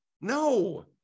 No